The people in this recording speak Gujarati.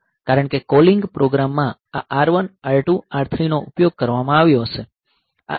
કારણ કે કૉલિંગ પ્રોગ્રામમાં આ R1 R2 R3 નો ઉપયોગ કરવામાં આવ્યો હશે